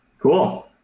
Cool